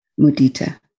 mudita